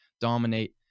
dominate